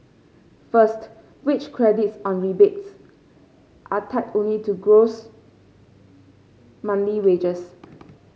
first wage credits or rebates are tied only to gross monthly wages